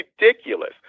ridiculous